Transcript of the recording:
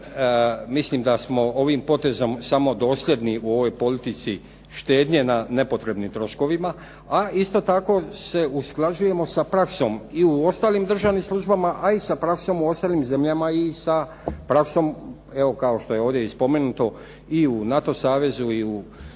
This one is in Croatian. mislim da smo ovim potezom samo dosljedni u ovoj politici štednje na nepotrebnim troškovima, a isto tako se usklađujemo sa praksom i u ostalim državnim službama, a i sa praksom u ostalim zemljama i sa praksom, evo kao što je ovdje i spomenuto, i u NATO savezu, i u svi